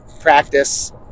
practice